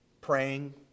praying